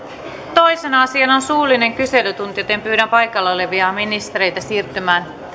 toisena asiana on suullinen kyselytunti pyydän paikalla olevia ministereitä siirtymään